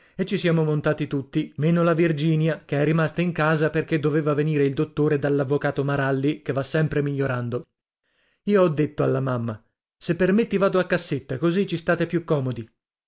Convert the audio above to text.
e ci siamo montati tutti meno la virginia che è rimasta in casa perché doveva venire il dottore dall'avvocato maralli che va sempre migliorando io ho detto alla mamma se permetti vado a cassetta così ci state più comodi